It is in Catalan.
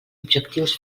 objectius